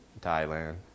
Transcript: Thailand